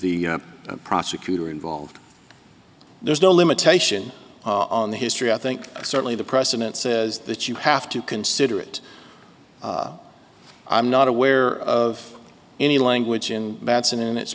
the prosecutor involved there's no limitation on the history i think certainly the president says that you have to consider it i'm not aware of any language in madison and it's